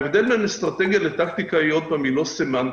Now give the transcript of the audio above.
ההבדל בין אסטרטגיה לטקטיקה הוא לא סמנטי.